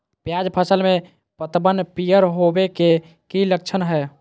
प्याज फसल में पतबन पियर होवे के की लक्षण हय?